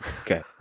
okay